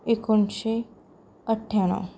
एकुणशें अठ्ठयाण्णव